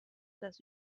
das